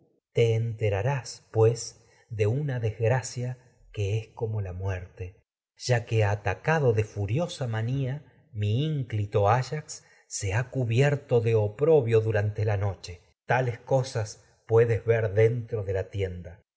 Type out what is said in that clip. ya que pues de una es como la muerte se atacado de furiosa manía mi ínclito ayax de ha cubierto oprobio durante la noche tales cuerpos cosas pue en sangre mano des ver dentro de la tienda